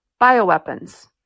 bioweapons